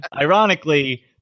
ironically